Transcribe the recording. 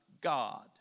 God